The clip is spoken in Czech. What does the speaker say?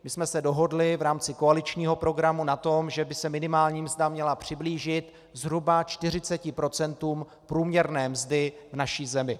My jsme se dohodli v rámci koaličního programu na tom, že by se minimální mzda měla přiblížit zhruba 40 procentům průměrné mzdy v naší zemi.